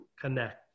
connect